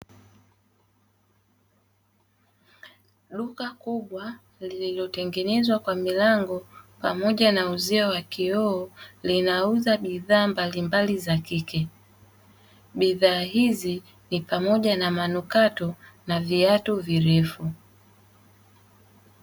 Duka kubwa lililotengenezwa kwa milango pamoja na uzio wa kioo linauza bidhaa mbalimbali za kike. Bidhaa hizi ni pamoja na manukato na viatu virefu.